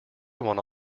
one